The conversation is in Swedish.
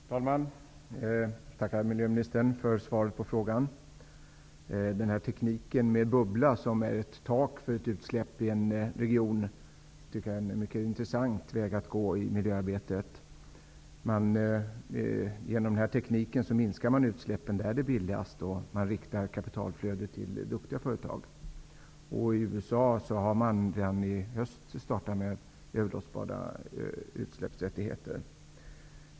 Herr talman! Jag tackar miljöministern för svaret på frågan. Jag tycker att tekniken med en bubbla som ett tak för ett utsläpp i en region är en mycket intressant väg att gå i miljöarbetet. Genom den här tekniken minskar man utsläppen där de bildas och riktar kapitalflödet till duktiga företag. I USA har de redan i höst startat med överlåtelsebara utsläppsrättigheter.